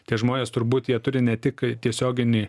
tie žmonės turbūt jie turi ne tik tiesioginį